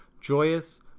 Joyous